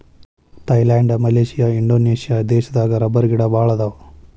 Thailand Malaysia Indonesia ದೇಶದಾಗ ರಬ್ಬರಗಿಡಾ ಬಾಳ ಅದಾವ